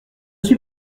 suis